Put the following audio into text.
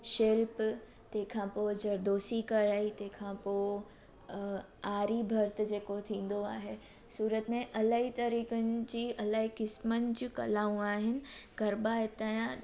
शिल्प तंहिंखां पोइ जरदोजी कराई तंहिंखां पोइ आरी भर्थ जेको थींदो आहे सूरत में अलाई तरीक़नि जी अलाई क़िस्मनि जूं कलाऊं आहिनि गरबा हितां जा